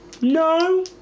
No